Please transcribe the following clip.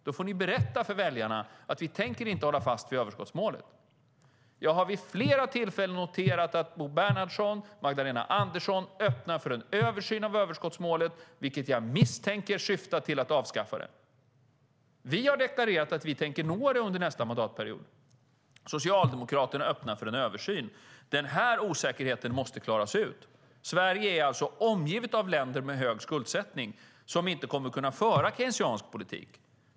Då får ni berätta för väljarna att ni inte tänker hålla fast vid överskottsmålet. Jag har vid flera tillfällen noterat att Bo Bernhardsson och Magdalena Andersson öppnar för en översyn av överskottsmålet, vilket jag misstänker syftar till att avskaffa det. Vi har deklarerat att vi tänker nå det under nästa mandatperiod. Socialdemokraterna öppnar för en översyn. Denna osäkerhet måste klaras ut. Sverige är omgivet av länder med hög skuldsättning som inte kommer att kunna föra keynesiansk politik.